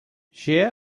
žije